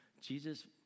Jesus